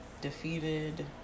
Defeated